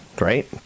right